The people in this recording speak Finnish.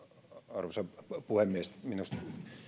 arvoisa puhemies minusta